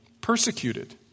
persecuted